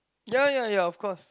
ya ya ya of course